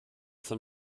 von